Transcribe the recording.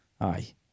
Aye